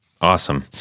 Awesome